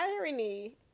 irony